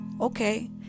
okay